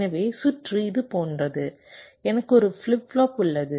எனவே சுற்று இது போன்றது எனக்கு ஒரு ஃபிளிப் ஃப்ளாப் உள்ளது